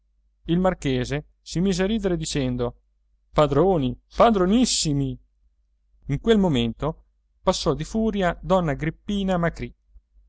il marchese si mise a ridere dicendo padroni padronissimi in quel momento passò di furia donna agrippina